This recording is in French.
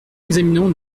examinons